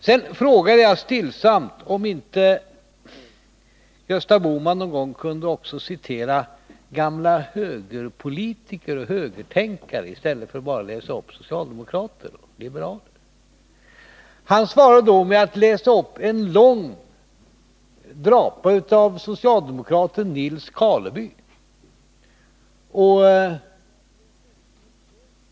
Sedan frågade jag stillsamt om inte Gösta Bohman någon gång också kunde citera uttalandena av gamla högerpolitiker, högertänkare, i stället för att bara läsa upp vad socialdemokrater eller liberaler sagt. Han svarar då med att läsa upp en lång ”drapa” av socialdemokraten Nils Karleby.